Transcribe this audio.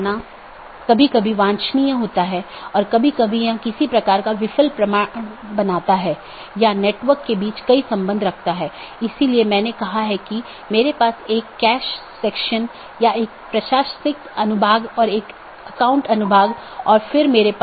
हालाँकि एक multi home AS को इस प्रकार कॉन्फ़िगर किया जाता है कि यह ट्रैफिक को आगे न बढ़ाए और पारगमन ट्रैफिक को आगे संचारित न करे